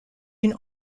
une